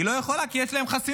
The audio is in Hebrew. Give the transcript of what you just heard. היא לא יכולה, כי יש להם חסינות.